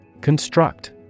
Construct